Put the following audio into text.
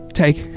take